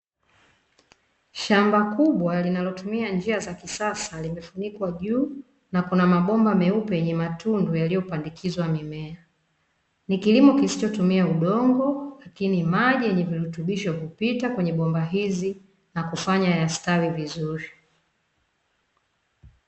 Shamba kubwa linalotumia njia za kisasa limefunikwa juu, na kuna mabomba meupe yenye matundu yaliyopandikizwa mimea. Ni kilimo kisichotumia udongo lakini maji yenye virutubisho hupita kwenye bomba hizi na kufanya yastawi vizuri.